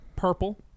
Purple